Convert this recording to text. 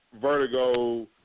Vertigo